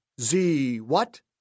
Z-what